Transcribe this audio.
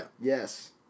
Yes